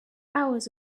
hours